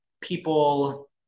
people